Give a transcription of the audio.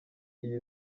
iyi